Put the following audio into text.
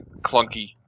clunky